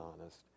honest